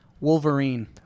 Wolverine